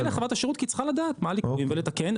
ולחברת השירות כי היא צריכה לדעת מה הליקויים ולתקן,